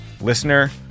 listener